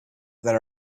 that